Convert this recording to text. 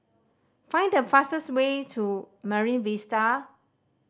find the fastest way to Marine Vista